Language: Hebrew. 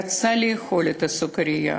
רצה לאכול את הסוכרייה,